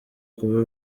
kuba